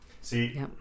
See